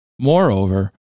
Moreover